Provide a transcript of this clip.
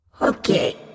Okay